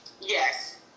yes